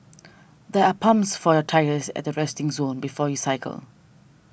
there are pumps for your tyres at the resting zone before you cycle